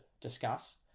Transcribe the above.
discuss